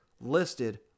listed